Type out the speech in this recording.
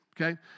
okay